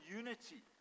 unity